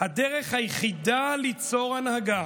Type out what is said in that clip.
"הדרך היחידה ליצירת הנהגה